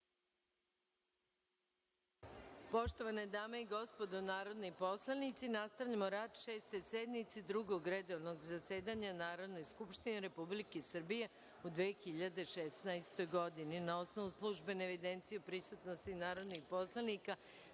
Poštovane dame i gospodo narodni poslanici, nastavljamo rad Šeste sednice Drugog redovnog zasedanja Narodne skupštine Republike Srbije u 2016. godini. Na osnovu službene evidencije o prisutnosti narodnih poslanika,